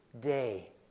day